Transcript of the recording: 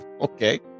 Okay